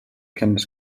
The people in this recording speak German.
kenntnis